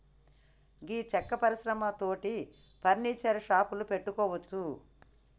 గీ సెక్క పరిశ్రమ తోటి ఫర్నీచర్ షాపులు పెట్టుకోవచ్చు